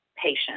patient